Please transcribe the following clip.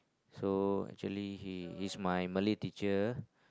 so actually he he is my Malay teacher